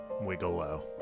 Wiggle-low